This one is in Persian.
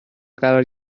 قرار